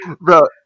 Bro